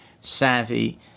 savvy